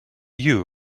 you